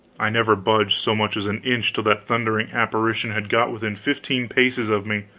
i never budged so much as an inch till that thundering apparition had got within fifteen paces of me